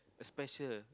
a special